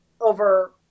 over